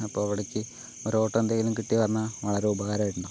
അപ്പം അവടെയ്ക്കു ഒരു ഓട്ടോ എന്തേലും കിട്ടിയാൽ പറഞ്ഞാൽ വളരെ ഉപകാരമായിട്ടുണ്ടാവും